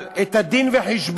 אבל את הדין-וחשבון,